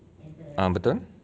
um betul